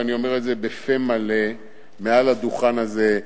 ואני אומר את זה בפה מלא מעל הדוכן הזה,